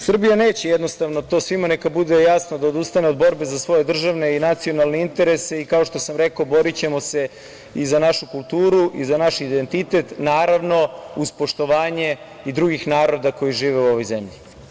Srbija neće, jednostavno, to svima neka bude jasno, da odustane od borbe za svoje državne i nacionalne interese i kao što sam rekao, borićemo se i za našu kulturu i za naš identitet, naravno, uz poštovanje i drugih naroda koji žive u ovoj zemlji.